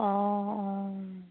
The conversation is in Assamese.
অঁ অঁ